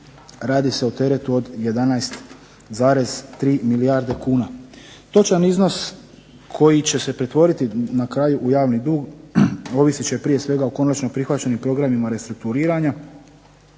radi se o teretu od 11,3 milijarde kuna. Točan iznos koji će se pretvoriti na kraju u javni dug ovisit će prije svega o konačno prihvaćenim programima restrukturiranja,